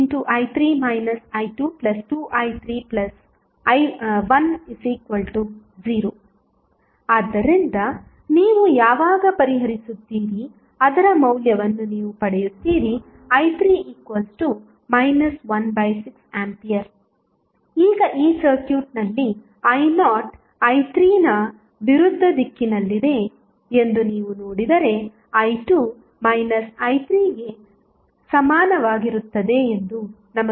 6i3 i22i310 ನೋಡಿ slide ಸಮಯ 1526 ಆದ್ದರಿಂದ ನೀವು ಯಾವಾಗ ಪರಿಹರಿಸುತ್ತೀರಿ ಅದರ ಮೌಲ್ಯವನ್ನು ನೀವು ಪಡೆಯುತ್ತೀರಿ i3 16A ಈಗ ಈ ಸರ್ಕ್ಯೂಟ್ನಲ್ಲಿ i0 i3 ನ ವಿರುದ್ಧ ದಿಕ್ಕಿನಲ್ಲಿದೆ ಎಂದು ನೀವು ನೋಡಿದರೆ i2 i3 ಗೆ ಸಮಾನವಾಗಿರುತ್ತದೆ ಎಂದು ನಮಗೆ ತಿಳಿದಿದೆ